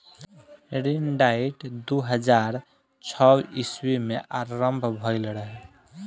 ऋण डाइट दू हज़ार छौ ईस्वी में आरंभ भईल रहे